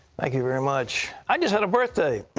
thank you very much. i just had a birthday.